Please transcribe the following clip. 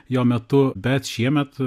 jo metu bet šiemet